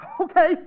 okay